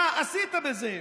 מה עשית בזה?